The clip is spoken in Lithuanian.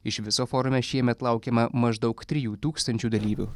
iš viso forume šiemet laukiama maždaug trijų tūkstančių dalyvių